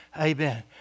Amen